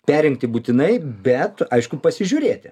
perrinkti būtinai bet aišku pasižiūrėti